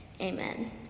Amen